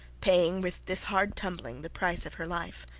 paying with this hard tumbling the price of her life.